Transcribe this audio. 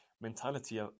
mentality